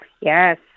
Yes